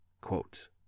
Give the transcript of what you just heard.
Quote